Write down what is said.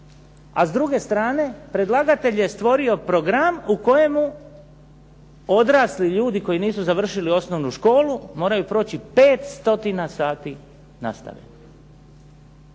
A s druge strane predlagatelj je stvorio program u kojemu odrasli ljudi koji nisu završili osnovnu školu moraju proći 5 stotina sati nastave.